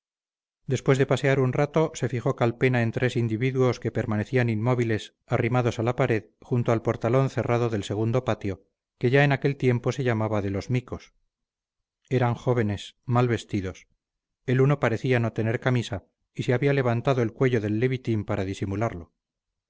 después de pasear un rato se fijó calpena en tres individuos que permanecían inmóviles arrimados a la pared junto al portalón cerrado del segundo patio que ya en aquel tiempo se llamaba de los micos eran jóvenes mal vestidos el uno parecía no tener camisa y se había levantado el cuello del levitín para disimularlo